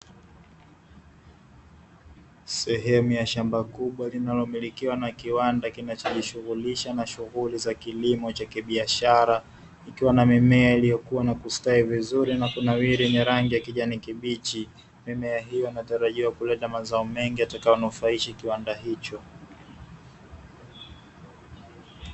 Sehemu ya shamba kubwa linalomilikiwa na kiwanda kinacho jishughulisha na shughuli za kilimo cha kibiashara ikiwa na mimea iliyokua na kustawi vizuri na kunawiri yenye rangi ya kijani kibichi, mimea hiyo inatarajiwa kuleta mazao mengi yatakayo nufaisha kiwanda hicho.